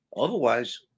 Otherwise